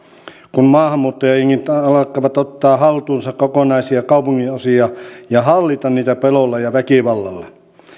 kun maahanmuuttajajengit alkavat ottaa haltuunsa kokonaisia kaupunginosia ja hallita niitä pelolla ja väkivallalla